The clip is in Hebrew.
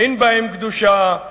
אין בהם קדושה,